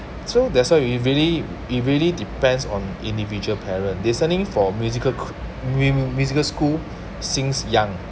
so that's why it really it really depends on individual parent listening for musical cr~ mu~ musical school since young